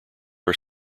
are